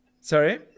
Sorry